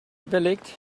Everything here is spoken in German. überlegt